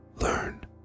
learn